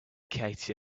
katie